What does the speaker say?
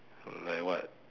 like what